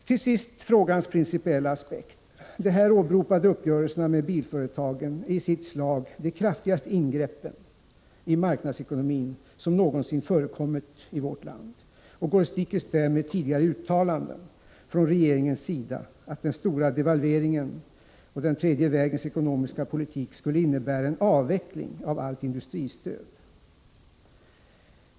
Till sist frågans principiella aspekt: Dessa åberopade uppgörelser med bilföretagen är i sitt slag de kraftigaste ingreppen i marknadsekonomin som någonsin förekommit i vårt land och går stick i stäv mot tidigare uttalanden från regeringens sida, nämligen att den stora devalveringen och den tredje vägens ekonomiska politik skulle innebära en avveckling av allt industristöd.